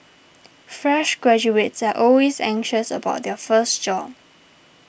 fresh graduates are always anxious about their first job